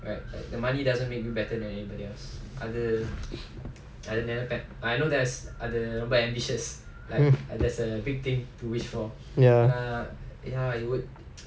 ya